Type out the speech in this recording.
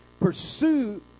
pursue